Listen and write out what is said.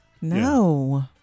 No